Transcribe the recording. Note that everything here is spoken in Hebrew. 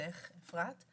ברשותך אפרת.